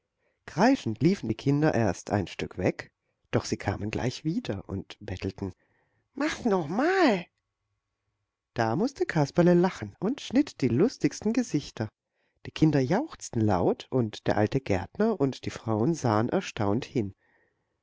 kreischend liefen die kinder erst ein stück weg doch sie kamen gleich wieder und bettelten mach's noch mal da mußte kasperle lachen und schnitt die lustigsten gesichter die kinder jauchzten laut und der alte gärtner und die frauen sahen erstaunt hin